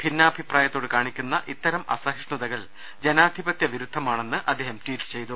ഭിന്നാഭിപ്രായത്തോട് കാണിക്കുന്ന ഇത്തരം അസഹിഷ്ണുതകൾ ജനാധിപത്യ വിരുദ്ധമാണെന്ന് അദ്ദേഹം ട്വീറ്റ് ചെയ്തു